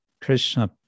Krishna